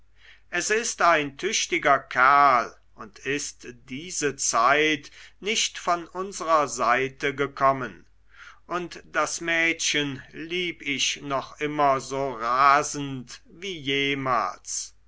es ist ein tüchtiger kerl und ist diese zeit nicht von unserer seite gekommen und das mädchen lieb ich noch immer so rasend wie jemals